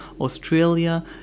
Australia